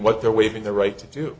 what they're waiving the right to do